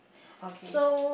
okay